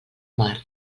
mar